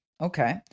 Okay